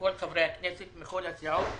כל חברי הכנסת מכל הסיעות,